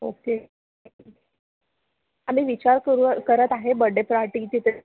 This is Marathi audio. ओके आम्ही विचार करू करत आहे बड्डे पार्टीचे